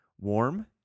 warm